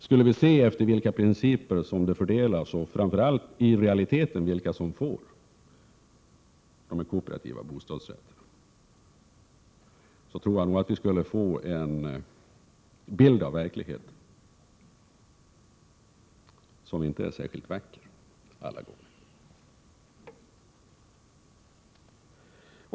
Skulle vi se efter vilka principer lägenheter fördelas, framför allt vilka som i realiteten får de kooperativa bostadsrätterna, tror jag nog att vi skulle få en bild av verkligheten som inte är särskilt vacker alla gånger.